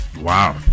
Wow